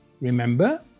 Remember